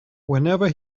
whenever